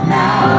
now